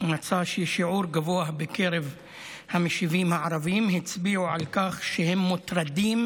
מצא שיש שיעור גבוה בקרב המשיבים הערבים שהצביעו על כך שהם מוטרדים